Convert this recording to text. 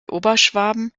oberschwaben